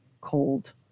cold